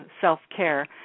self-care